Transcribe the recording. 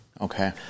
Okay